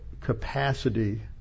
capacity